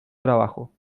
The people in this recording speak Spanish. trabajo